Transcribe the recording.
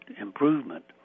improvement